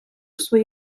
своє